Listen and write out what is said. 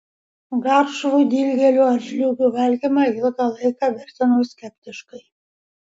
garšvų dilgėlių ar žliūgių valgymą ilgą laiką vertinau skeptiškai